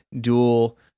dual